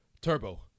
Turbo